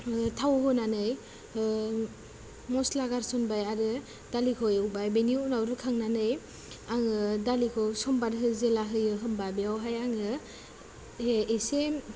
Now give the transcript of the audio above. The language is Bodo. थाव होनानै मस्ला गारसनबाय आरो दालिखौ एवबाय बेनि उनाव रुखांनानै आङो दालिखौ समबार हो जेला होयो होम्बा बेयावहाय आङो हे एसे